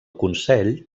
consell